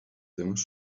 temes